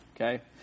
Okay